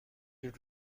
you